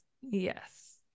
Yes